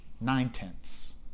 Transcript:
nine-tenths